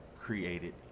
created